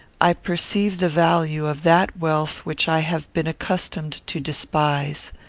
i perceive the value of that wealth which i have been accustomed to despise.